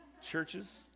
churches